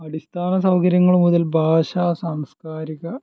അടിസ്ഥാന സൗകര്യങ്ങൾ മുതൽ ഭാഷാ സാംസ്കാരിക